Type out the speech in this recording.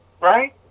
right